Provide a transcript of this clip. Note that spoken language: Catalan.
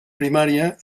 primària